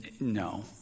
no